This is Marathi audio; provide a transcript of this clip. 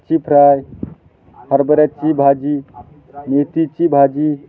मच्छी फ्राय हरभऱ्याची भाजी मेथीची भाजी